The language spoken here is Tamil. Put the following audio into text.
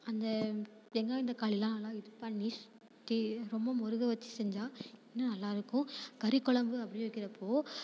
அந்த வெங்காயம் தக்காளிலாம் நல்லா இது பண்ணி தி ரொம்ப முருக வச்சு செஞ்சால் இன்னும் நல்லா இருக்கும் கறிக்கொழம்பு அப்படி வைக்கிறப்போது